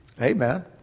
Amen